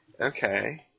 Okay